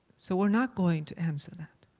so we're not going to answer that.